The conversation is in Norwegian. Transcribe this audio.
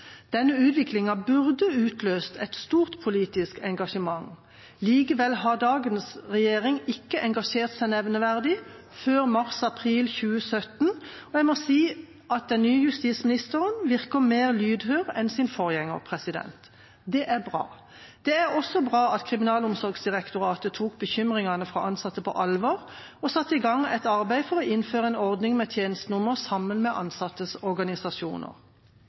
Denne utviklingen burde utløst et stort politisk engasjement. Likevel har dagens regjering ikke engasjert seg nevneverdig før mars/april 2017, og jeg må si at den nye justisministeren virker mer lydhør enn sin forgjenger. Det er bra. Det er også bra at Kriminalomsorgsdirektoratet tok bekymringene fra de ansatte på alvor og satte i gang et arbeid for å innføre en ordning med tjenestenummer sammen med de ansattes organisasjoner.